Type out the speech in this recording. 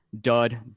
dud